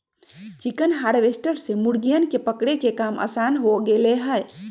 chicken harvester से मुर्गियन के पकड़े के काम आसान हो गैले है